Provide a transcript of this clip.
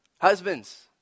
Husbands